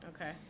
Okay